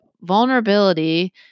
vulnerability